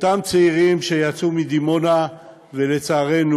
אותם צעירים שיצאו מדימונה ולצערנו